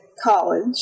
College